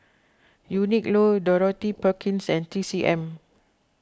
Uniqlo Dorothy Perkins and T C M